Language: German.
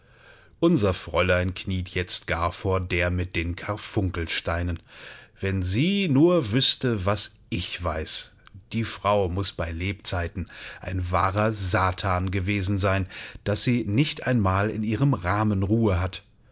unser fräulein kniet jetzt gar vor der mit den karfunkelsteinen wenn sie nur wüßte was ich weiß die frau muß bei lebzeiten ein wahrer satan gewesen sein daß sie nicht einmal in ihrem rahmen ruhe hat